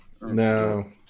no